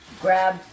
Grab